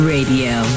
Radio